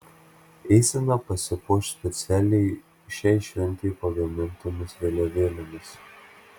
eisena pasipuoš specialiai šiai šventei pagamintomis vėliavėlėmis